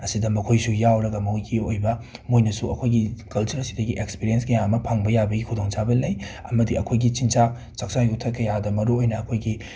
ꯑꯁꯤꯗ ꯃꯈꯣꯏꯁꯨ ꯌꯥꯎꯔꯒ ꯃꯣꯏꯒꯤ ꯑꯣꯏꯕ ꯃꯣꯏꯅꯁꯨ ꯑꯩꯈꯣꯏꯒꯤ ꯀꯜꯆꯔ ꯁꯤꯗꯒꯤ ꯑꯦꯛꯁꯄꯤꯔꯦꯟꯁ ꯀꯌꯥ ꯑꯃ ꯐꯪꯕ ꯌꯥꯕꯒꯤ ꯈꯨꯗꯣꯡꯆꯕ ꯑꯃ ꯂꯩ ꯑꯃꯗꯤ ꯑꯩꯈꯣꯏꯒꯤ ꯆꯤꯟꯖꯥꯛ ꯆꯥꯛ ꯆꯥ ꯌꯨꯊꯛ ꯀꯌꯥꯗ ꯃꯔꯨ ꯑꯣꯏꯅ ꯑꯩꯈꯣꯏꯒꯤ